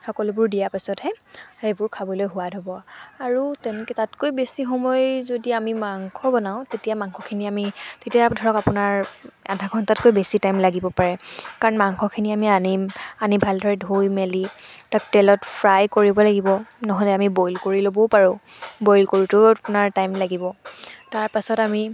সকলোবোৰ দিয়াৰ পাছতহে সেইবোৰ খাবলৈ সোৱাদ হ'ব আৰু তেনেকৈ তাতকৈ বেছি সময় যদি আমি মাংস বনাওঁ তেতিয়া মাংসখিনি আপুনি তেতিয়া ধৰক আপোনাৰ আধা ঘণ্টাতকৈ বেছি টাইম লাগিব পাৰে কাৰণ মাংসখিনি আমি আনিম আনি ভালদৰে ধুই মেলি তাক তেলত ফ্ৰাই কৰিব লাগিব নহ'লে আমি বইল কৰি ল'বও পাৰোঁ বইল কৰোঁতেও আপোনাৰ টাইম লাগিব তাৰপাছত আমি